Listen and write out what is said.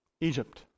Egypt